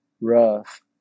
rough